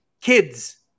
kids